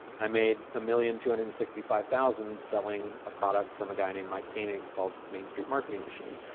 i made a million, two hundred and sixty-five thousand selling a product from a guy named mike koenig called mainstream marketing machines.